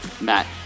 Matt